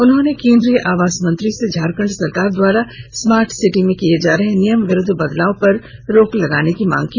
उन्होंने केंद्रीय आवास मंत्री से झारखंड सरकार द्वारा स्मार्ट सिटी में किये जा रहे नियम विरुद्ध बदलाव पर रोक लगाने की मांग की